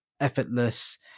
effortless